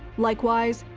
likewise,